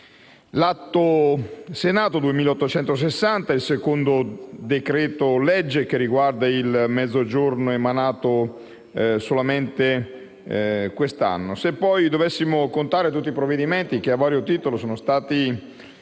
in legge del secondo decreto-legge che riguarda il Mezzogiorno emanato solamente quest'anno. Se poi dovessimo contare tutti i provvedimenti che, a vario titolo, si